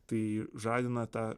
tai žadina tą